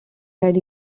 had